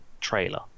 trailer